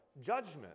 judgment